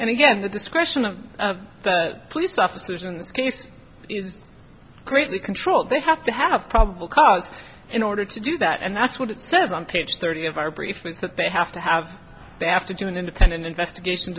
and again the discretion of the police officers in this case is greatly controlled they have to have probable cause in order to do that and that's what it says on page thirty of our brief is that they have to have they have to do an independent investigation